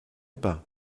pas